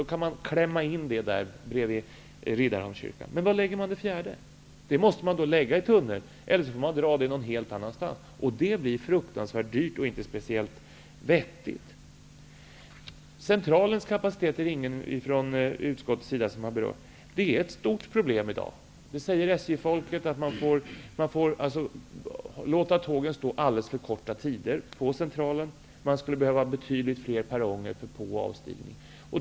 Nu kan man klämma det bredvid Riddarholmskyrkan. Men var lägger man det fjärde spåret? Det måste man lägga i tunnel, eller också får man dra det helt annanstans. Då blir det fruktansvärt dyrt, och inte är det speciellt vettigt. Centralens kapacitet har ingen från utskottet berört. Det är ett stort problem i dag. SJ-folket säger att man får låta tågen stå alldeles för kort tid på Centralen. Man skulle behöva betydligt fler perronger för av och påstigning.